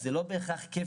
אז זה לא בהכרח כפל.